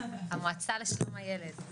המועצה לשלום הילד.